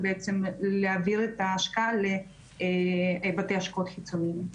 ובעצם להעביר את ההשקעה לבתי השקעות חיצוניים.